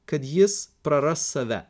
kad jis praras save